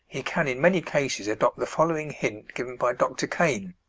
he can in many cases adopt the following hint given by dr. kane